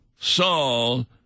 Saul